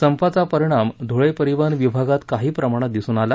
संपाचा परिणाम धुळे परिवहन विभागात काही प्रमाणात दिसून आला